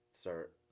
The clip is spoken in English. start